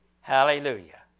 Hallelujah